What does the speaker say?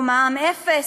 כמו מע"מ אפס.